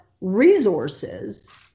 resources